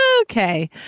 Okay